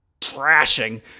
trashing